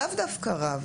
לאו דווקא רב.